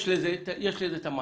יש לזה את המענה.